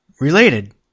related